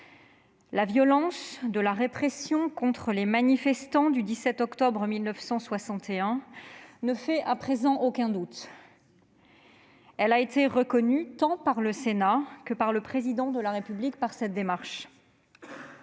La violence de la répression contre les manifestants du 17 octobre 1961 ne fait à présent aucun doute. Elle a été reconnue tant par le Sénat que par le Président de la République au travers de cette démarche.